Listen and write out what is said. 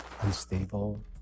unstable